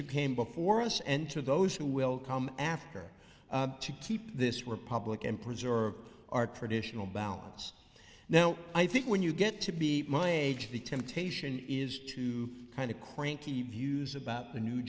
came before us and to those who will come after to keep this republic and preserve our traditional balance now i think when you get to be my age the temptation is to kind of cranky views about the new